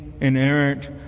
inerrant